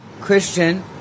Christian